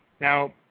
Now